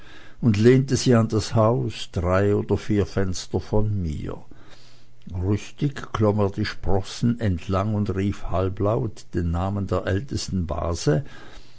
und lehnte sie an das haus drei oder vier fenster von mir rüstig klomm er die sprossen entlang und rief halblaut den namen der ältesten base